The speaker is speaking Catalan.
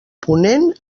ponent